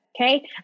okay